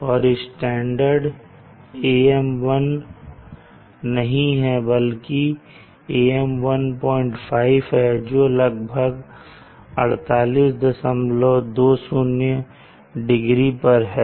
और standard AM1 नहीं है बल्कि AM15 है जो लगभग 4820 डिग्री पर है